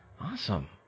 Awesome